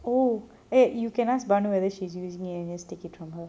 oh eh you can ask baanu whether she's using and you just it from her